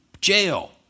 jail